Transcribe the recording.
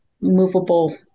movable